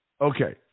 Okay